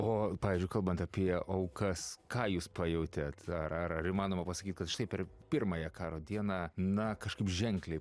o pavyzdžiui kalbant apie aukas ką jūs pajautėt ar ar ar įmanoma pasakyt kad štai per pirmąją karo dieną na kažkaip ženkliai